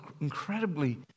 incredibly